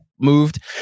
moved